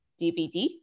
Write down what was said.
DVD